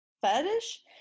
fetish